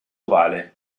ovale